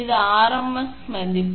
இது ஆர்எம்எஸ் மதிப்பு